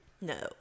No